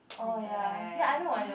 oh ya ya I know I know